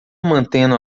mantendo